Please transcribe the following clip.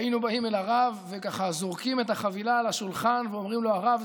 היינו באים אל הרב וככה זורקים את החבילה על השולחן ואומרים לו: הרב,